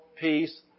peace